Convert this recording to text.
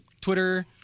Twitter